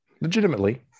legitimately